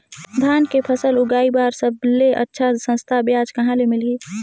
धान के फसल उगाई बार सबले अच्छा सस्ता ब्याज कहा ले मिलही?